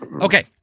Okay